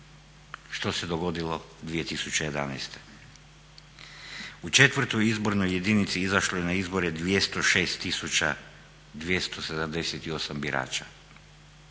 što se dogodilo 2011. U 4.-oj izbornoj jedinici izašlo je na izbore 206 tisuća 278 birača.